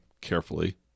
carefully